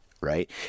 right